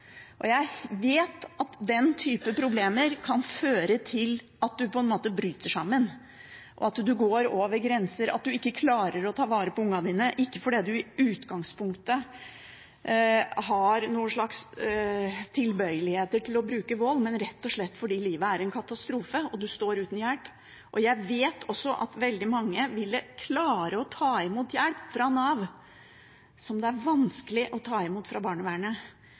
Og jeg vet at den typen problemer kan føre til at en på en måte bryter sammen, at en går over grenser, og at en ikke klarer å ta vare på ungene sine – ikke fordi en i utgangspunktet har noe slags tilbøyeligheter til å bruke vold, men rett og slett fordi livet er en katastrofe, og en står uten hjelp. Jeg vet også at veldig mange ville klare å ta imot hjelp fra Nav – hjelp som det er vanskelig å ta imot fra barnevernet,